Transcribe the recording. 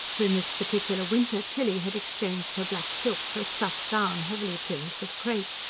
for in this particular winter tilly had exchanged her black silk for a stuff gown, heavily trimmed with crepe.